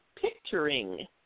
picturing